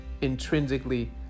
intrinsically